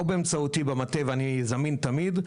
או באמצעותי במטה ואני זמין תמיד,